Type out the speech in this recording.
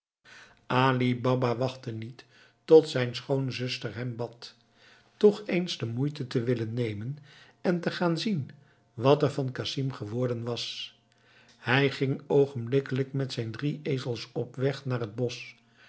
baba wachtte niet tot zijn schoonzuster hem bad toch eens de moeite te willen nemen en te gaan zien wat er van casim geworden was hij ging oogenblikkelijk met zijn drie ezels op weg naar het bosch